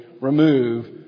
remove